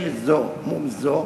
זו מול זו,